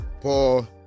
Paul